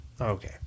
Okay